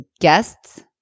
guests